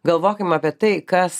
galvokim apie tai kas